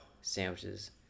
sandwiches